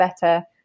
better